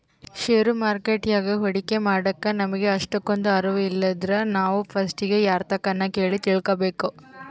ಷೇರು ಮಾರುಕಟ್ಯಾಗ ಹೂಡಿಕೆ ಮಾಡಾಕ ನಮಿಗೆ ಅಷ್ಟಕೊಂದು ಅರುವು ಇಲ್ಲಿದ್ರ ನಾವು ಪಸ್ಟಿಗೆ ಯಾರ್ತಕನ ಕೇಳಿ ತಿಳ್ಕಬಕು